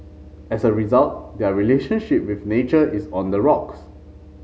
as a result their relationship with nature is on the rocks